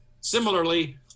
Similarly